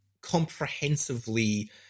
comprehensively